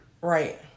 Right